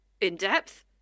in-depth